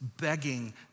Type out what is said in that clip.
begging